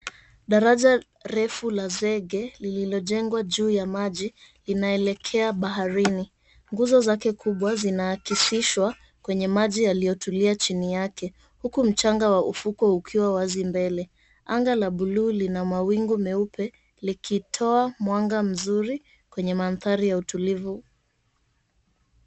Daraja refu la zege lililojengwa juu ya maji linaelekea baharini. Nguzo zake kubwa zinaakisishwa kwenye maji yaliyotulia chini yake, huku mchanga wa ufukwe ukiwa wazi mbele. Anga la buluu lina mawingu meupe ikitoa mwanga mzuri kwenye mandhari ya utulivu.